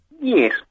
Yes